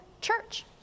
church